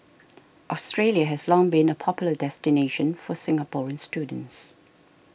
Australia has long been a popular destination for Singaporean students